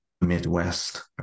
Midwest